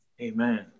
Amen